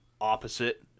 opposite